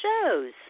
shows